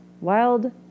Wild